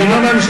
אלא רק,